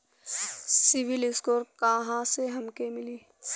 CIBIL score कहाँसे हमके मिली?